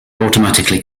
automatically